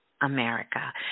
America